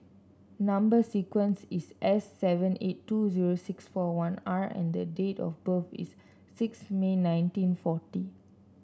number sequence is S seven eight two zero six four one R and date of birth is six May nineteen forty